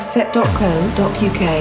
set.co.uk